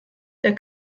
der